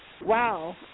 wow